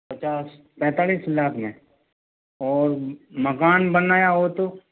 पचास पैंतालिस लाख में और मकान बनाया हो तो